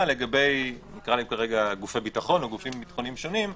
לגבי גופי ביטחון או גופים ביטחוניים שונים,